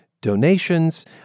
donations